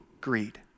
greed